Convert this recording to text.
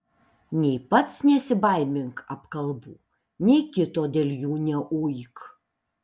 nei pats nesibaimink apkalbų nei kito dėl jų neuik